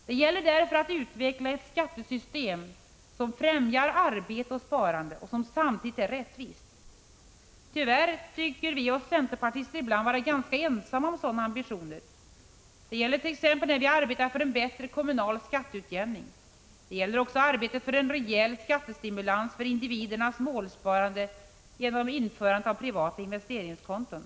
Det gäller därför att utveckla ett skattesystem som främjar arbete och sparande och som samtidigt är rättvist. Tyvärr tycker vi centerpartister oss vara ganska ensamma med sådana ambitioner. Det gäller t.ex. när vi arbetar för en bättre kommunal skatteutjämning. Det gäller också arbetet för en rejäl skattestimulans för individernas målsparande genom införande av privata investeringskonton.